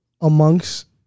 amongst